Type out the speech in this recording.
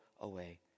away